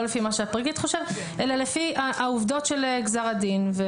לפי מה שהפרקליט חושב אלא לפי העובדות של גזר הדין.